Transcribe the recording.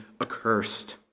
accursed